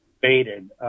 faded